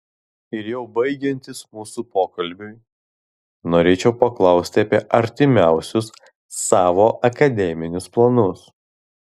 ir jau baigiantis mūsų pokalbiui norėčiau paklausti apie artimiausius savo akademinius planus